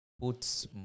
puts